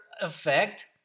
effect